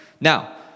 Now